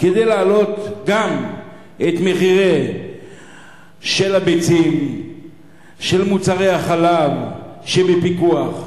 כדי להעלות גם את מחירי הביצים ומוצרי החלב שבפיקוח.